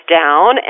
down